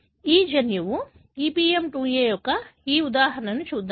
ఈ జన్యువు EPM2A యొక్క ఈ ఉదాహరణను చూద్దాం